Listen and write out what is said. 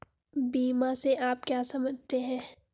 बीमा से आप क्या समझते हैं?